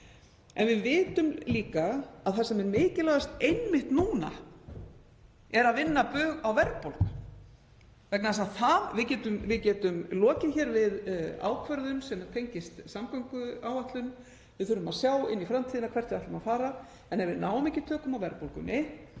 En við vitum líka að það sem er mikilvægast einmitt núna er að vinna bug á verðbólgu. Við getum lokið við ákvörðun sem tengist samgönguáætlun. Við þurfum að sjá inn í framtíðina, hvert við ætlum að fara. En ef við náum ekki tökum á verðbólgunni